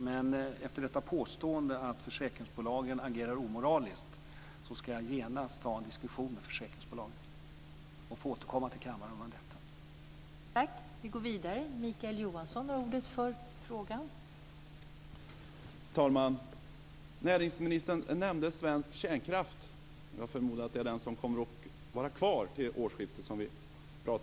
Men efter detta påstående om att försäkringsbolagen agerar omoraliskt ska jag genast ta upp en diskussion med försäkringsbolagen, och jag får återkomma till kammaren om detta.